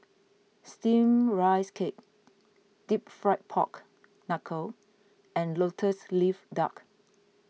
Steamed Rice Cake Deep Fried Pork Knuckle and Lotus Leaf Duck